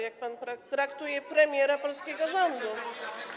jak pan traktuje premiera polskiego rządu.